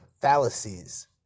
fallacies